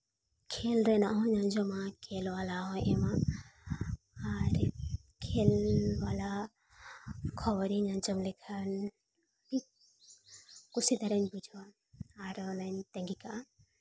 ᱠᱷᱮᱹᱞ ᱨᱮᱱᱟᱜ ᱦᱚᱸᱧ ᱟᱸᱡᱚᱢᱟ ᱠᱷᱮᱹᱞ ᱵᱟᱞᱟ ᱦᱚᱸ ᱮᱢᱟᱱ ᱟᱨ ᱠᱷᱮᱹᱞ ᱵᱟᱞᱟ ᱠᱷᱚᱵᱚᱨᱤᱧ ᱟᱸᱡᱚᱢ ᱞᱮᱠᱷᱟᱱ ᱟᱹᱰᱤ ᱠᱩᱥᱤ ᱫᱷᱟᱨᱟᱧ ᱵᱩᱡᱷᱟᱹᱣᱟ ᱟᱨ ᱚᱱᱟᱧ ᱛᱟᱸᱜᱤ ᱠᱟᱜᱼᱟ